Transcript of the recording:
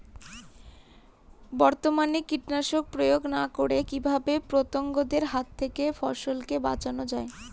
বর্তমানে কীটনাশক প্রয়োগ না করে কিভাবে পতঙ্গদের হাত থেকে ফসলকে বাঁচানো যায়?